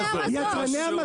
של יצרני המזון.